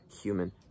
human